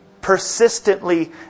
persistently